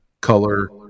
color